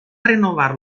renovar